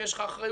יש לך אחריות,